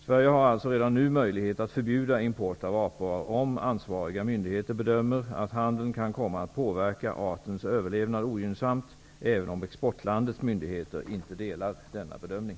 Sverige har alltså redan nu möjlighet att förbjuda import av apor om ansvariga myndigheter bedömer att handeln kan komma att påverka artens överlevnad ogynnsamt, även om exportlandets myndigheter inte delar denna bedömning.